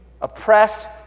oppressed